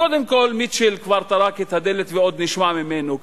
קודם כול מיטשל כבר טרק את הדלת ועוד נשמע ממנו כנראה,